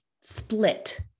split